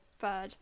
bird